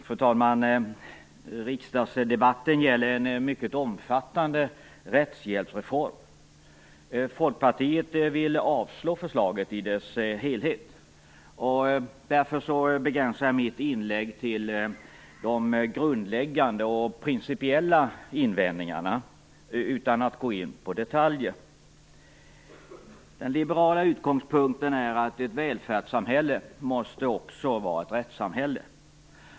Fru talman! Riksdagsdebatten gäller en mycket omfattande rättshjälpsreform. Folkpartiet vill avslå förslaget i dess helhet. Därför begränsar jag mig i mitt inlägg till de grundläggande och principiella invändningarna utan att gå in på detaljer. Den liberala utgångspunkten är att ett välfärdssamhälle måste också vara ett rättssamhälle.